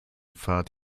pfad